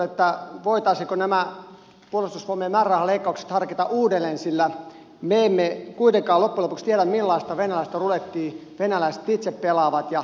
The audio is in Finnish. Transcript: olisinkin tiedustellut voitaisiinko nämä puolustusvoimien määrärahaleikkaukset harkita uudelleen sillä me emme kuitenkaan loppujen lopuksi tiedä millaista venäläistä rulettia venäläiset itse pelaavat ja kehtaavat pelata